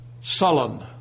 sullen